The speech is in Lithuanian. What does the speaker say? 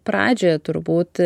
pradžioje turbūt